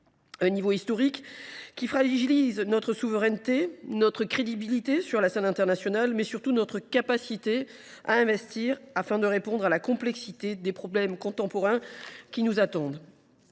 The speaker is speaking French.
un niveau historique qui fragilise notre souveraineté, notre crédibilité sur la scène internationale, mais surtout notre capacité à investir afin de répondre à la complexité des problèmes contemporains qui nous attendent.